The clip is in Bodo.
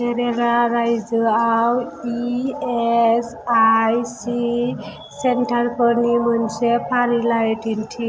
केरेला रायजोआव इएसआइसि सेन्टारफोरनि मोनसे फारिलाइ दिन्थि